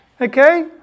okay